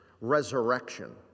resurrection